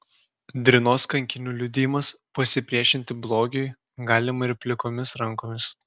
drinos kankinių liudijimas pasipriešinti blogiui galima ir plikomis rankomis